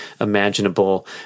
imaginable